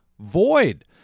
Void